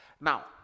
Now